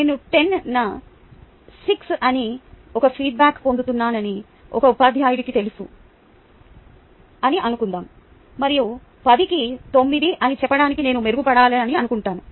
నేను 10 న 6 అని ఒక ఫీడ్బ్యాక్ పొందుతున్నానని ఒక ఉపాధ్యాయుడికి తెలుసునని అనుకుందాం మరియు 10 న 9 అని చెప్పడానికి నేను మెరుగుపడాలి అనుకుంటాను